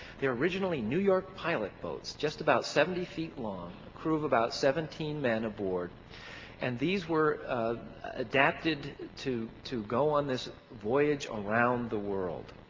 they're originally new york pilot boats just about seventy feet long, a crew of about seventeen men aboard and these were adapted to to go on this voyage around the world.